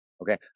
okay